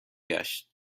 گشت